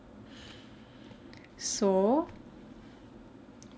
so